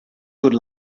good